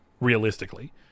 realistically